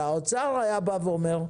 אלא האוצר היה בא ואומר: